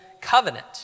covenant